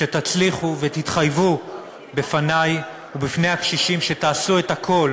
שתצליחו ותתחייבו בפני ובפני הקשישים שתעשו את הכול,